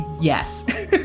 yes